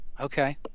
Okay